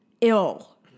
ill